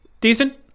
decent